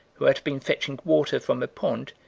who had been fetching water from a pond,